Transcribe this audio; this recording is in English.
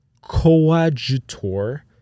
coadjutor